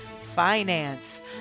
Finance